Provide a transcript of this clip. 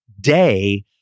day